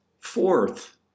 Fourth